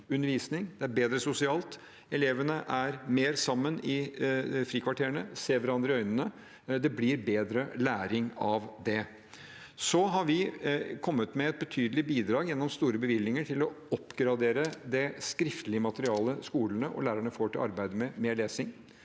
det er bedre sosialt, og elevene er mer sammen i frikvarterene og ser hverandre i øynene – det blir bedre læring av det. Vi har også kommet med et betydelig bidrag gjennom store bevilgninger til å oppgradere det skriftlige materialet på skolene, og lærerne får det til arbeidet med lesing.